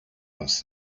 aus